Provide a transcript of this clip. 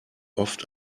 oft